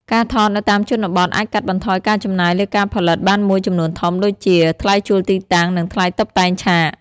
ការថតនៅតាមជនបទអាចកាត់បន្ថយការចំណាយលើការផលិតបានមួយចំនួនធំ ដូចជា ថ្លៃជួលទីតាំង និងថ្លៃតុបតែងឆាក។